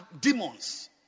Demons